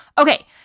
Okay